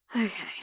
okay